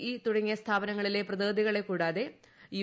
E തുടങ്ങിയ സ്ഥാപനങ്ങളിലെ പ്രതിനിധികളെ കൂടാതെ യു